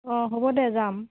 অঁ হ'ব দে যাম